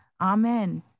amen